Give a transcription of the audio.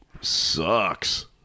sucks